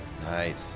Nice